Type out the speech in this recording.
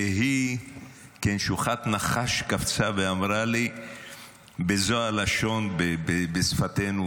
והיא כנשוכת נחש קפצה ואמרה לי בזו הלשון, בשפתנו